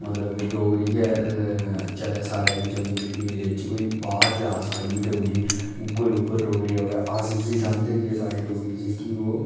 मतलब कि डोगरी गै चलै साढ़ै बी जम्मू कश्मीर बिच कोई बाह्र जा साढ़ी बी डोगरी गूगल उप्पर डोगरी आवै अस इ'यै चाह्न्ने कि साढ़ी डोगरी जेह्की ओह्